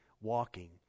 walking